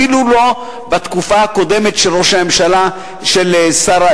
אפילו בתקופה הקודמת של ראש הממשלה דהיום,